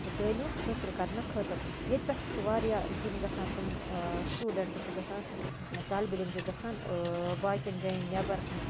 تعلیٖم حٲصل کَرنہٕ خٲطرٕ ییٚتہِ پیٚٹھ تہِ چھُ واریاہ یِم گژھان تِم سِٹوٗڈنٛٹ چھِ گژھان طٲلبِ علم چھِ گژھان باقیَن جایَن نیٚبَر